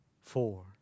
four